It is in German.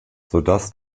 sodass